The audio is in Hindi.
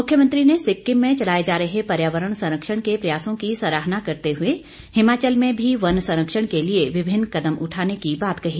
मुख्यमंत्री ने सिक्किम में चलाए जा रहे पर्यावरण संरक्षण के प्रयासों की सराहना करते हुए हिमाचल में भी वन संरक्षण के लिए विभिन्न कदम उठाने की बात कही